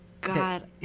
God